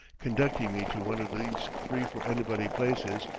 conducting me to one of these free-for-anybody places,